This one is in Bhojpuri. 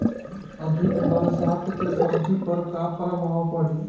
अधिक बरसात के सब्जी पर का प्रभाव पड़ी?